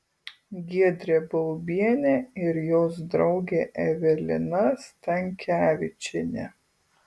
giedrė baubienė ir jos draugė evelina stankevičienė